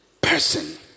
person